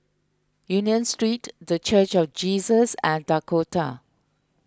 Union Street the Church of Jesus and Dakota